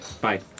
Bye